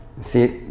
See